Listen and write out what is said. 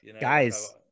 guys